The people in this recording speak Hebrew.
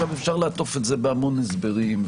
אפשר לעטוף את זה בהמון הסברים,